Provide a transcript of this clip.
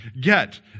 get